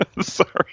Sorry